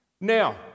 Now